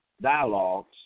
Dialogues